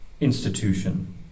institution